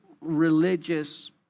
religious